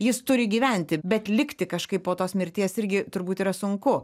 jis turi gyventi bet likti kažkaip po tos mirties irgi turbūt yra sunku